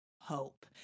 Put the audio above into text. hope